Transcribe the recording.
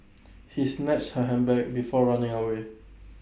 he snatched her handbag before running away